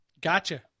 Gotcha